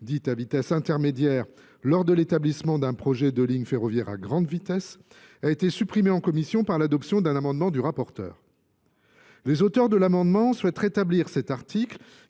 dites à vitesse intermédiaire lors de l'établissement d'un projet de ligne ferroviaire à grande supprimé en commission par l'adoption d'un amendement du rapporteur. Les auteurs de l'amendement souhaitent rétablir cet article,